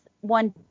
one